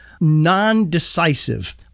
non-decisive